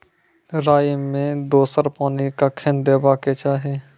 राई मे दोसर पानी कखेन देबा के चाहि?